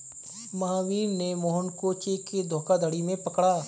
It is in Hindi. महावीर ने मोहन को चेक के धोखाधड़ी में पकड़ा